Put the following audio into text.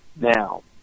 now